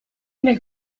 nel